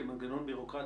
כמנגנון בירוקרטי,